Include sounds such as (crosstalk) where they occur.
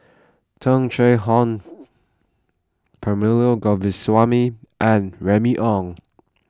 Tung Chye Hong (hesitation) Perumal Govindaswamy and Remy Ong